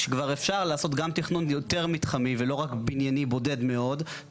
כבר אפשר לעשות תכנון יותר מתחמי ולא רק בנייני בודד מאוד.